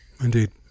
Indeed